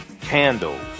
candles